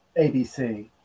ABC